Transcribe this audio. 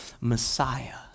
Messiah